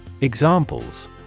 Examples